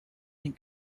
den